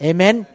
Amen